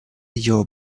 your